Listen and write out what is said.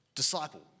Disciple